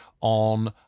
on